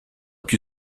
più